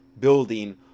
building